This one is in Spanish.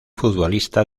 futbolista